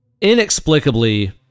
inexplicably